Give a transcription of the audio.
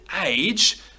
age